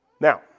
Now